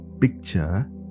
picture